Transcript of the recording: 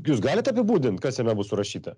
jūs galit apibūdint kas jame bus surašyta